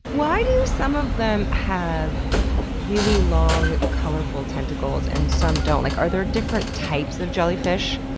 why do some of them have really long colorful tentacles and some don't? like are there different types of jellyfish?